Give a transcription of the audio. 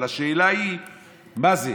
אבל השאלה היא מה זה.